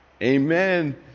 Amen